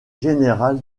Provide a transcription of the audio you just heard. général